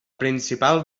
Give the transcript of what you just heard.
principal